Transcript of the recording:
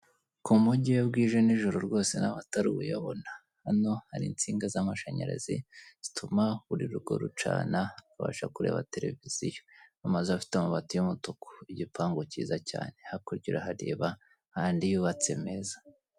Ku mujyi iyo bwije nijoro rwose n'amatara uba uyabona. Hano hari insinga z'amashanyarazi zituma buri rugo rucana, rubasha kureba tereviziyo; amazu afite amabati y'umutuku, igipangu cyiza cyane. Hakurya urahareba ayandi yubatse meza.